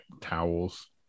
towels